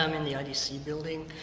um in the idc building,